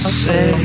say